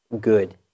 good